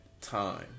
time